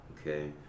okay